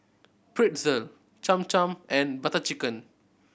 Pretzel Cham Cham and Butter Chicken